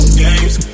games